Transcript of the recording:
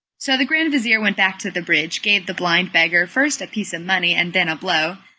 so the grand-vizir went back to the bridge gave the blind beggar first a piece of money and then a blow,